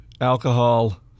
alcohol